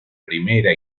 primera